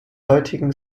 heutigen